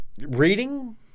reading